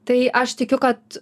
tai aš tikiu kad